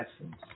essence